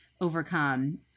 overcome